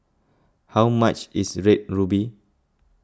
how much is Red Ruby